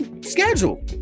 schedule